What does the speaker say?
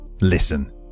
Listen